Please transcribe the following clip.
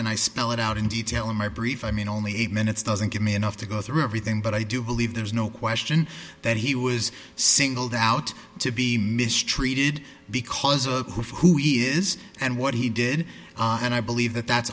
and i spell it out in detail in my brief i mean only eight minutes doesn't give me enough to go through everything but i do believe there's no question that he was singled out to be mistreated because of who he is and what he did and i believe that that's